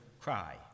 cry